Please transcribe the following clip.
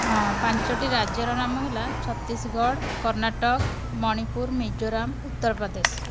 ହଁ ପାଞ୍ଚଟି ରାଜ୍ୟର ନାମ ହେଲା ଛତିଶଗଡ଼ କର୍ଣ୍ଣାଟକ ମଣିପୁର ମିଜୋରାମ ଉତ୍ତରପ୍ରଦେଶ